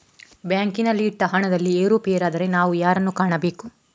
ಬ್ಯಾಂಕಿನಲ್ಲಿ ಇಟ್ಟ ಹಣದಲ್ಲಿ ಏರುಪೇರಾದರೆ ನಾವು ಯಾರನ್ನು ಕಾಣಬೇಕು?